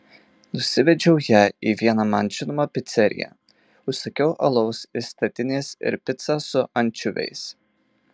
nusivedžiau ją į vieną man žinomą piceriją užsakiau alaus iš statinės ir picą su ančiuviais